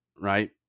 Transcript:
right